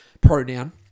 pronoun